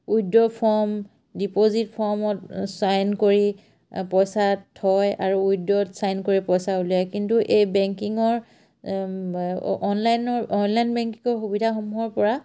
উইদ্য form deposit ফৰ্মত sign কৰি পইচা থয় আৰু উইদ্য'ত চাইন কৰি পইচা উলিয়ায় কিন্তু এই বেংকিঙৰ অনলাইনৰ অনলাইন বেংকিঙৰ সুবিধাসমূহৰপৰা